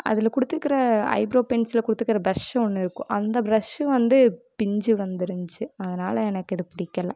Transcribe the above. அதில் கொடுத்துருக்குற ஐப்ரோ பென்சிலில் கொடுத்துருக்குற ப்ரஷ் ஒன்று இருக்கும் அந்த ப்ரஷ் வந்து பிஞ்சி வந்துருந்துச்சு அதனால் எனக்கு இது பிடிக்கல